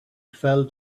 fell